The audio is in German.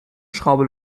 schraube